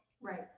Right